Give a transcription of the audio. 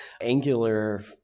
Angular